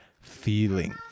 feeling